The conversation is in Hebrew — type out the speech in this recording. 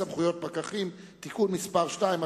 סמכויות פקחים) (תיקון מס' 2)